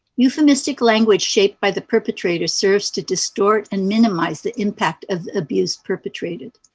euphemistic language shaped by the perpetrators serves to distort and minimize the impact of abuse perpetrated.